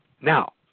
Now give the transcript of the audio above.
Now